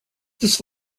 this